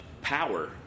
power